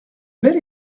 bel